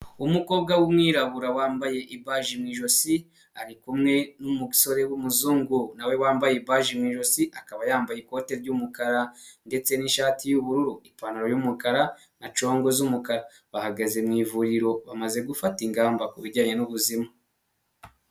Umukobwa w'umwirabura wambaye ibaji mu ijosi ari kumwe n'umugore w,umuzungu nawe wambaye ibaji mu ijosi akaba yambaye ikote ry'umukara ndetse n'ishati y'ubururu, ipantaro y'umukara, na congo z'umukara, bahagaze mu ivuriro bamaze gufata ingamba ku bijyanye n'ubuzima.